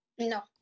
No